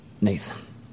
Nathan